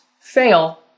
fail